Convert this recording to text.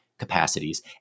capacities